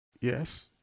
Yes